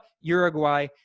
Uruguay